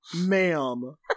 ma'am